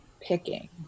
picking